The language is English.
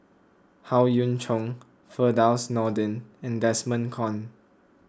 Howe Yoon Chong Firdaus Nordin and Desmond Kon